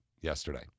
yesterday